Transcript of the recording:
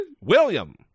William